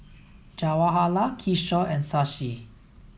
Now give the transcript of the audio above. Jawaharlal Kishore and Shashi